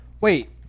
Wait